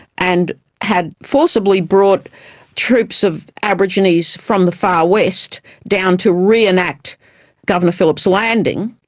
and had forcibly brought troupes of aborigines from the far west down to re-enact governor phillips' landing,